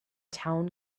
town